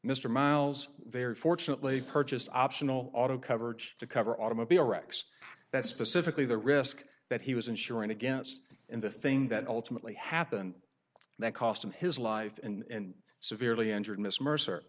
mr miles very fortunately purchased optional auto coverage to cover automobile wrecks that specifically the risk that he was insuring against and the thing that ultimately happened that cost him his life and severely injured miss mercer